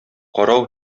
карау